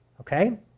Okay